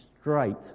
straight